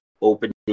opening